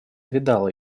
видал